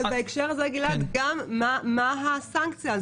בהקשר הזה, מה הסנקציה?